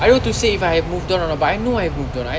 I want to say if I have moved on but I know I've moved on I